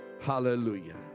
Hallelujah